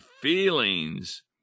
feelings